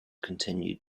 continued